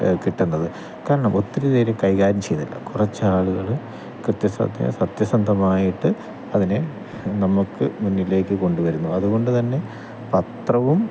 കിട്ടുന്നത് കാരണം ഒത്തിരി പേര് കൈകാര്യം ചെയ്യുന്നില്ല കുറച്ചാളുകള് കൃത്യ സത്യ സത്യസന്ധമായിട്ട് അതിനെ നമുക്ക് മുന്നിലേക്ക് കൊണ്ടുവരുന്നു അതുകൊണ്ട് തന്നെ പത്രവും